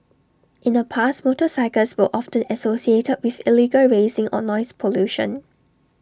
in the past motorcycles were offend associated with illegal racing or noise pollution